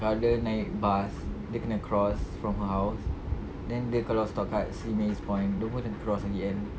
kalau dia naik bus dia kena cross from her house then kalau dia stop dekat simei eastpoint dia pun kena cross lagi kan